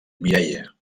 mireia